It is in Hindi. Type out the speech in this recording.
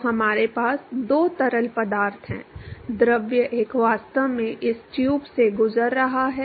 तो हमारे पास दो तरल पदार्थ हैं द्रव एक वास्तव में इस ट्यूब से गुजर रहा है